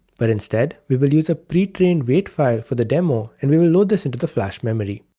but instead, we will use a pretrained weight file for the demo and we will load this into the flash memory.